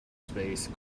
space